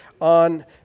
on